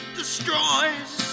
destroys